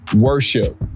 worship